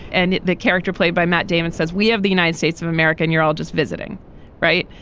and the character played by matt damon says we have the united states of america and you're all just visiting right.